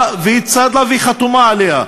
היא צד לה והיא חתומה עליה.